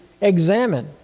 examine